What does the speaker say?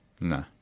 No